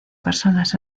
personas